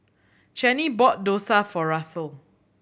Chanie bought dosa for Russel